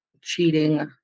cheating